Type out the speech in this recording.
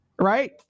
Right